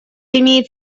имеет